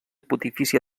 pontifícia